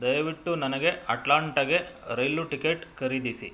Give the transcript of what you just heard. ದಯವಿಟ್ಟು ನನಗೆ ಅಟ್ಲಾಂಟಗೆ ರೈಲು ಟಿಕೆಟ್ ಖರೀದಿಸಿ